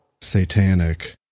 Satanic